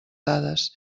dades